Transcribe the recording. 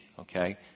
okay